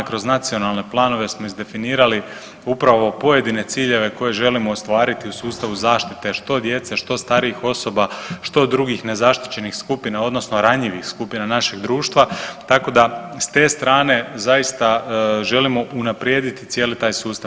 Kroz nacionalne planove smo izdefinirali upravo pojedine ciljeve koje želimo ostvariti u sustavu zaštite, što djece, što starijih osoba, što drugih nezaštićenih skupina, odnosno ranjivih skupina našeg društva, tako da s te strane zaista želimo unaprijediti cijeli taj sustav.